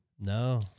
No